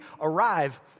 arrive